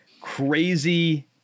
crazy